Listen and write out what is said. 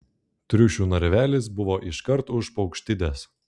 triušių narvelis buvo iškart už paukštides